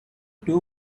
two